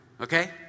Okay